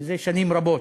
מזה שנים רבות.